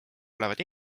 olevad